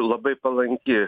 labai palanki